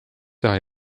teha